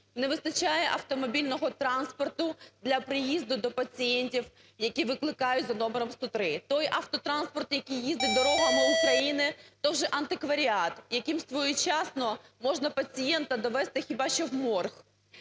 Не вистачає автомобільного транспорту для приїзду до пацієнтів, які викликають за номером 103. Той автотранспорт, який їздить дорогами України, то вже антикваріат, яким своєчасно можна пацієнта довезти хіба що в морг.